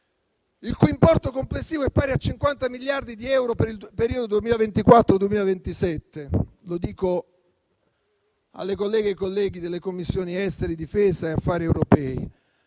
il cui importo complessivo è pari a 50 miliardi di euro per il periodo 2024-2027: lo dico alle colleghe e ai colleghi delle Commissioni esteri, difesa e affari europei.